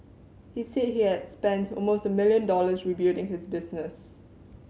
he said he had spent almost a million dollars rebuilding his business